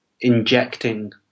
injecting